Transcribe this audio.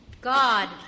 God